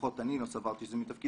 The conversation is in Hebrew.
לפחות אני לא סברתי שזה מתפקידנו.